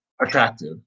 attractive